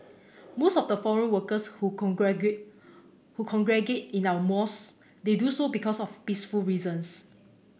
most of the foreign workers who who congregate in our mosques they do so because of peaceful reasons